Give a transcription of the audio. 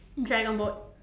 dragon boat